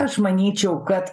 aš manyčiau kad